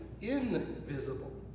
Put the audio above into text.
invisible